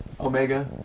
omega